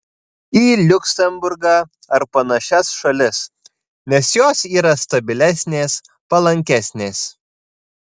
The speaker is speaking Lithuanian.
į liuksemburgą ar panašias šalis nes jos yra stabilesnės palankesnės